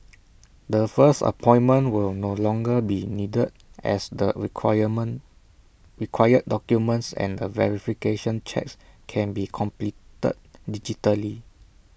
the first appointment will no longer be needed as the requirement required documents and verification checks can be completed digitally